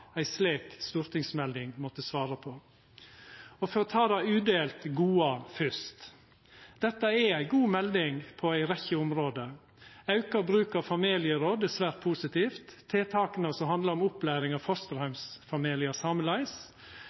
ei slik stortingsmelding måtte svara på. Og for å ta det udelt gode først. Dette er ei god melding på ei rekkje område. Auka bruk av familieråd er svært positivt, tiltaka som handlar om opplæring av